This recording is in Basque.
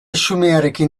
xumearekin